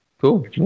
cool